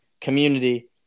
community